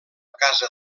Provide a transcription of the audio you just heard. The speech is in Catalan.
casa